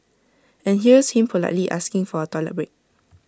and here's him politely asking for A toilet break